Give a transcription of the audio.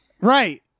Right